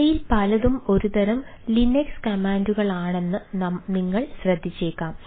ഇവയിൽ പലതും ഒരുതരം ലിനക്സ് കമാൻഡുകളാണെന്ന് നിങ്ങൾ ശ്രദ്ധിച്ചേക്കാം